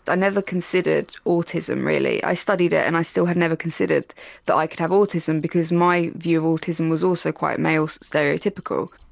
i never considered autism really. i studied it and i still had never considered that i could have autism because my view of autism was also quite male stereotypical.